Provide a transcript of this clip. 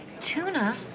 Tuna